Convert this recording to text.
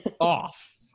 off